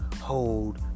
hold